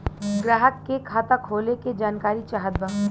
ग्राहक के खाता खोले के जानकारी चाहत बा?